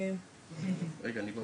תוך